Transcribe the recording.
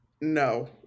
no